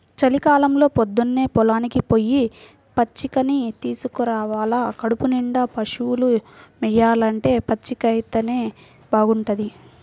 చలికాలంలో పొద్దన్నే పొలానికి పొయ్యి పచ్చికని తీసుకురావాల కడుపునిండా పశువులు మేయాలంటే పచ్చికైతేనే బాగుంటది